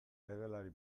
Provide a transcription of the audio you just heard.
legelari